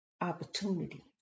opportunity